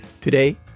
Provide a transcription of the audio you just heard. Today